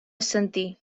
assentir